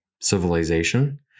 civilization